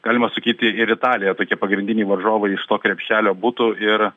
galima sakyti ir italiją tokie pagrindiniai varžovai iš to krepšelio butų ir